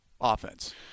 offense